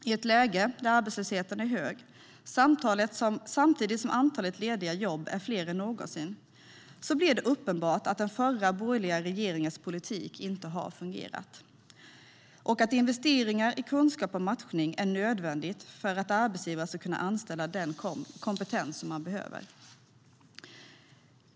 I ett läge där arbetslösheten är hög samtidigt som antalet lediga jobb är fler än någonsin blir det uppenbart att den förra borgerliga regeringens politik inte har fungerat och att investeringar i kunskap och matchning är nödvändiga för att arbetsgivare ska kunna anställa den kompetens som de behöver.